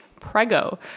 prego